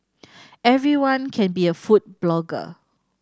everyone can be a food blogger